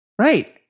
right